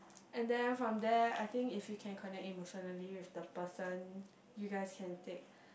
and then from there I think if you can connect emotionally with the person you guys can take